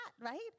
right